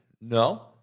No